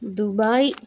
Dubai